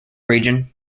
region